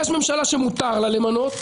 יש ממשלה שמותר לה למנות,